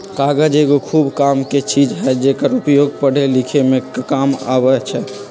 कागज एगो खूब कामके चीज हइ जेकर उपयोग पढ़े लिखे में काम अबइ छइ